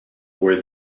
were